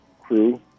crew